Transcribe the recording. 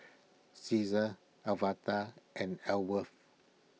Caesar Alverta and Ellsworth